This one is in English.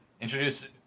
Introduce